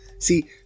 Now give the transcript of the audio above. See